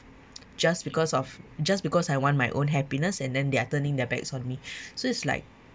just because of just because I want my own happiness and then they're turning their backs on me so it's like